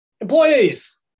employees